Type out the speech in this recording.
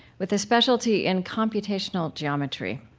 with a specialty in computational geometry.